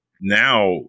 now